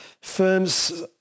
firms